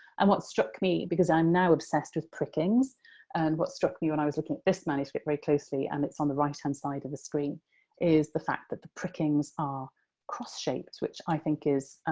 and what struck me because i'm now obsessed with prickings and what struck me when i was looking at this manuscript very closely, and it's on the right-hand side of the screen is the fact that the prickings are cross-shaped, which i think is